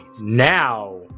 Now